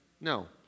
No